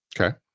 Okay